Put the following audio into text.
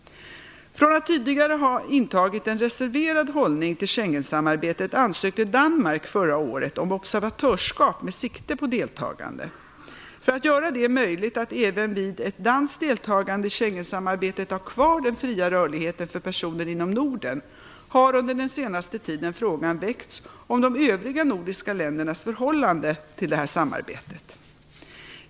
Från att tidigare ha intagit en reserverad hållning till Schengensamarbetet ansökte Danmark förra året om observatörskap med sikte på deltagande. För att göra det möjligt att även vid ett danskt deltagande i Schengensamarbetet ha kvar den fria rörligheten för personer inom Norden har under den senaste tiden frågan väckts om de övriga nordiska ländernas förhållande till detta samarbete.